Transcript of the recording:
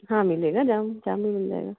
हाँ मिलेगा jam jam भी मिल जाएगा